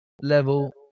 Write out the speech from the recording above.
level